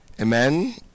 Amen